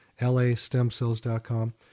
lastemcells.com